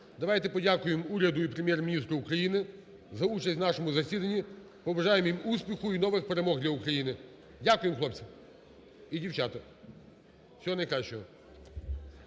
Давайте подякуємо Уряду і Прем'єр-міністру України за участь в нашому засіданні, побажаємо їм успіху і нових перемог для України. Дякуємо, хлопці! І дівчата. Всього найкращого!